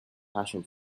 passion